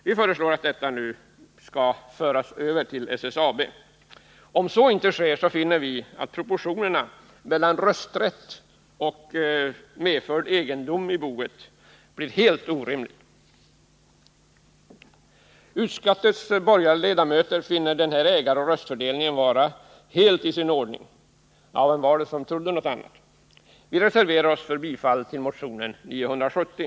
Vi föreslår nu att den egendomen skall föras över till SSAB. Om så inte sker finner vi att proportionerna mellan rösträtt och medförd egendom i boet blir helt orimliga. Utskottets borgerliga ledamöter finner den här ägaroch röstfördelningen vara helt i sin ordning. Ja, vem var det som trodde något annat? — Vi reserverar oss för bifall till motion 970.